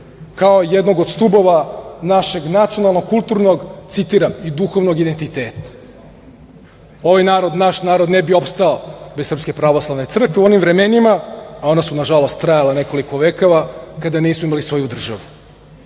kao jednog od stubova našeg nacionalnog, kulturnog, citiram, i duhovnog identiteta. Ovaj naš narod ne bi opstao bez SPC u onim vremenima, a ona su, nažalost, trajala nekoliko vekova, kada nismo imali svoju državu